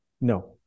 No